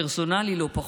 הפרסונלי לא פחות.